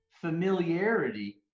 familiarity